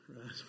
Right